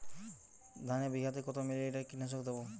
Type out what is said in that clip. ধানে বিঘাতে কত মিলি লিটার কীটনাশক দেবো?